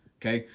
okay?